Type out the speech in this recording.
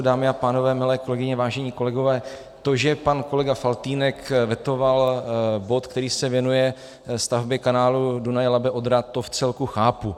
Dámy a pánové, milé kolegyně, vážení kolegové, to, že pan kolega Faltýnek vetoval bod, který se věnuje stavbě kanálu DunajLabeOdra, to vcelku chápu.